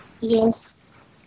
Yes